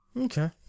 Okay